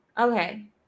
Okay